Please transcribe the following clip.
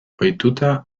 ohituta